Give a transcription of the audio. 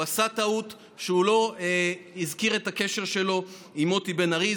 הוא עשה טעות שהוא לא הזכיר את הקשר שלו עם מוטי בן ארי.